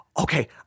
Okay